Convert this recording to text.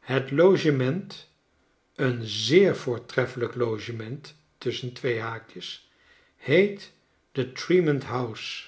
het logement een zeer voortreffelijk logement tusschen twee haakjes heet the tremont house